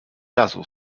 razu